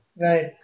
Right